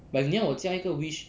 but if 你要我加一个 wish